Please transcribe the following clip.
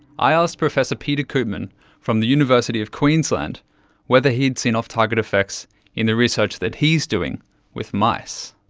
i asked professor peter koopman from the university of queensland whether he had seen off-target effects in the research that he's doing with mice.